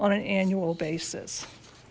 on an annual basis